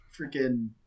freaking